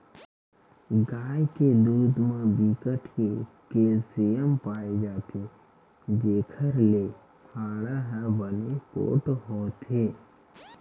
गाय के दूद म बिकट के केल्सियम पाए जाथे जेखर ले हाड़ा ह बने पोठ होथे